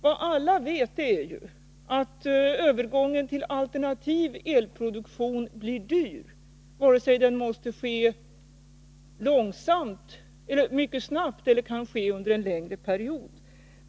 Vad alla vet är ju att övergången till alternativ elproduktion blir dyr oavsett om den måste ske mycket snabbt eller långsamt, under en längre period.